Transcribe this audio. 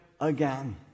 again